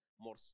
more